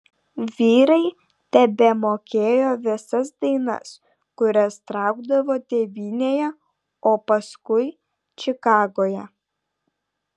vyrai tebemokėjo visas dainas kurias traukdavo tėvynėje o paskui čikagoje